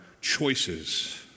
choices